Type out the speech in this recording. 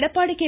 Edappadi K